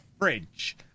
fridge